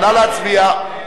חוק חיילים משוחררים (קרן לעידוד